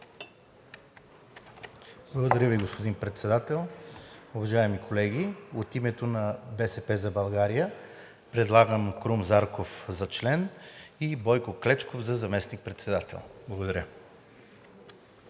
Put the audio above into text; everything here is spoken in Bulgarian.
Благодаря Ви, господин Председател. Уважаеми колеги, от името на „БСП за България“ предлагам Крум Зарков за член и Бойко Клечков за заместник-председател. Благодаря.